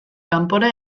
kanpora